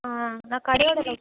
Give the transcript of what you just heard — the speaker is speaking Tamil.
ஆ இந்த கடையோட லொக்